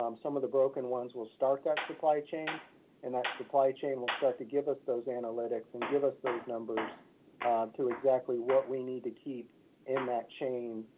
um some of the broken ones will start that supply chain and that supply chain will start to give us those analytics and give us those numbers to exactly what we need to keep in that chain,